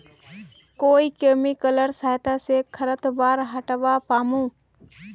कोइ केमिकलेर सहायता से खरपतवार हटावा पामु